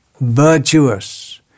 virtuous